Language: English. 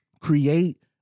create